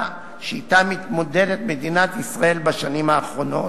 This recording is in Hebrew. שאתה מתמודדת מדינת ישראל בשנים האחרונות,